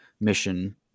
mission